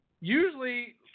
Usually